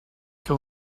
que